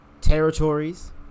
Territories